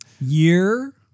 Year